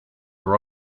are